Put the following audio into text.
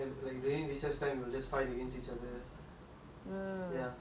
ya I think that's the that'll be [one]